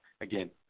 again